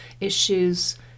issues